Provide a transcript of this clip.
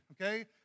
Okay